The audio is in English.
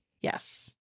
Yes